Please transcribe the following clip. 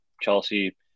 Chelsea